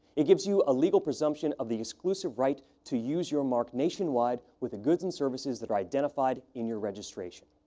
it gives you a legal presumption of the exclusive right to use your mark nationwide with the goods and services that are identified in your registration.